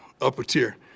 upper-tier